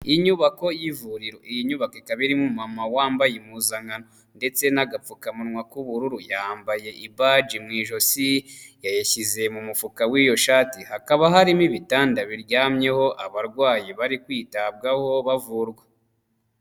Inyubako y'ivuriro, iyi nyubako ikaba irimo umu mama wambaye impuzankano ndetse n'agapfukamunwa k'ubururu, yambaye ibaji mu ijosi yayishyize mu mufuka w'iyo shati hakaba harimo ibitanda biryamyeho abarwayi bari kwitabwaho bavurwa.